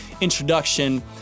introduction